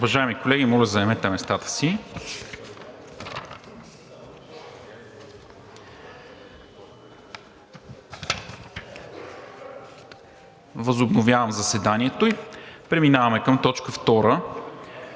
Уважаеми колеги, моля, заемете местата си. Възобновявам заседанието. Преминаваме към точка втора